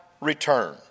return